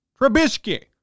Trubisky